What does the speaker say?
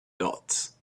dots